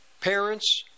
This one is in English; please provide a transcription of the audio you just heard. parents